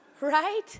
Right